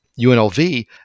UNLV